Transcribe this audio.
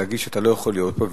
להגיד שאתה לא יכול להיות פה,